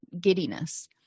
giddiness